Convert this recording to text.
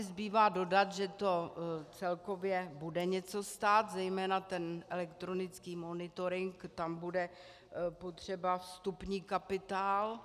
Zbývá dodat, že to celkově bude něco stát, zejména elektronický monitoring, tam bude potřeba vstupní kapitál.